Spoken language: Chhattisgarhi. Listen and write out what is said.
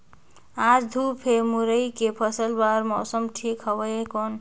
आज धूप हे मुरई के फसल बार मौसम ठीक हवय कौन?